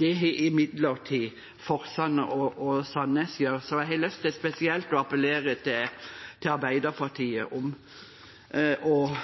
Det har imidlertid Forsand og Sandnes, så jeg har lyst til spesielt å appellere til Arbeiderpartiet om